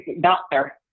doctor